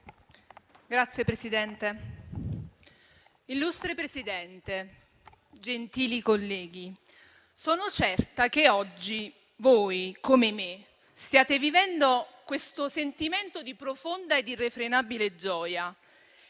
*(M5S)*. Signor Presidente, gentili colleghi, sono certa che oggi voi, come me, stiate vivendo un sentimento di profonda ed irrefrenabile gioia.